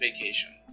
vacation